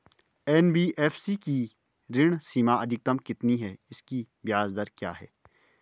NBFC की ऋण सीमा अधिकतम कितनी है इसकी ब्याज दर क्या है?